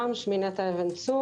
שוק ההון.